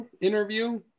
interview